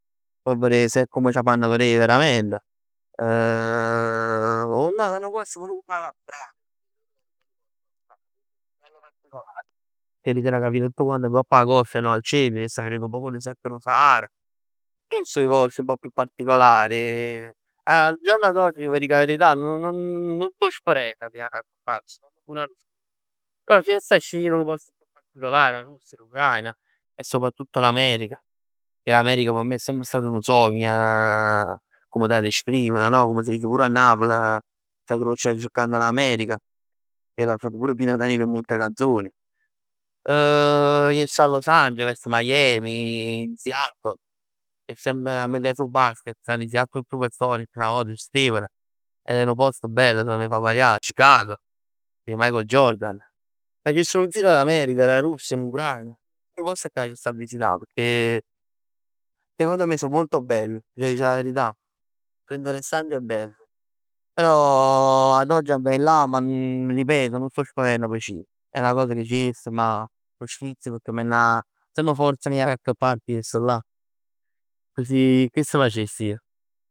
P' verè se è come c' 'a fann verè veramente. 'O nu post pur comm 'a la molto particolare, che era capitat tutt quant ngopp 'a costa, no al centro. Jess 'a verè nu poc 'o deserto d' 'o Sahara. Questi so 'e posti un pò più particolari e al giorno d'oggi v' dic 'a verità, nun nun sto sperenn p' ji a verè. Però si avess scegliere nu post chiù particolar, foss l'Ucraina e soprattutto l'America e 'a America p' me è semp stat nu sogn. Come da esprimere no? Comm s' dice pur 'a Napl, staje cercann l'America. E l'ha cantato pure Pino Daniele in molte canzoni. Jess a Los Ageles, Miami, Seattle. A me m' piace 'o basket, c' stevn 'e Seattle Supersonics, 'na vot. È nu post bello, fa parià. Chicago, cu Michael Jordan. M' facess nu gir in America, Russia, l'Ucraina. 'E post cà jess a visità, pecchè secondo me so molto belli. T'aggia dicere 'a verità. Me ne veress anche 'e ben. Però ad oggi amma ji là, ti ripeto, nun sto sperenn p' c' ji. È 'na cosa che ci jess, ma nu sfizio, pecchè m' ven 'a. Se m' n'avess ji a cocche part, me ne jess là. Così, chest facess ij.